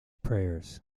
prayers